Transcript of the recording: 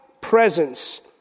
presence